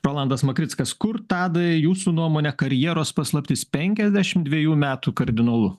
rolandas makrickas kur tadai jūsų nuomone karjeros paslaptis penkiasdešim dvejų metų kardinolu